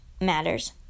matters